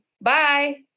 Bye